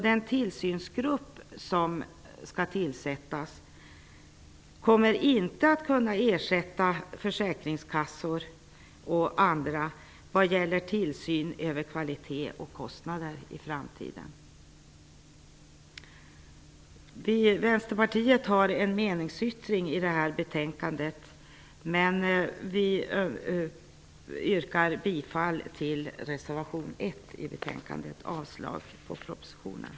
Den tillsynsgrupp som skall tillsättas kommer inte att kunna ersätta försäkringskassor och andra vad gäller tillsyn över kvalitet och kostnader i framtiden. Vänsterpartiet har en meningsyttring i betänkandet, men vi yrkar bifall till reservation 1, innebärande avslag på propositionen.